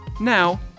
now